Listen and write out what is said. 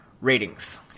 ratings